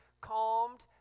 calmed